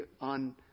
on